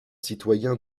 citoyen